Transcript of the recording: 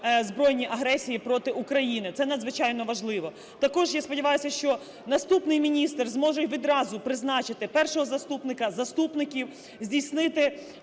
збройній агресії проти України, це надзвичайно важливо. Також я сподіваюсь, що наступний міністр зможе відразу призначити першого заступника, заступників, здійснити